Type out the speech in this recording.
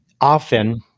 often